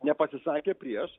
nepasisakė prieš